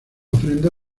ofrenda